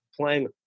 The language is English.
playing